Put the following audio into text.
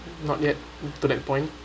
not yet to that point